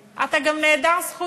לא רק שאתה זקן,